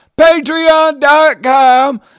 Patreon.com